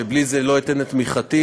שבלי זה לא אתן את תמיכתי,